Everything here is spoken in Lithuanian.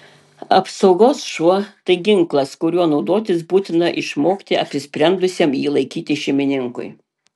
apsaugos šuo tai ginklas kuriuo naudotis būtina išmokti apsisprendusiam jį laikyti šeimininkui